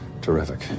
Terrific